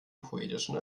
poetischen